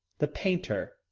the painter.